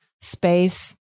space